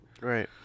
Right